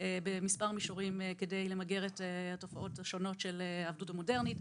במספר מישורים כדי למגר את התופעות השונות של העבדות המודרנית,